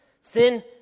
Sin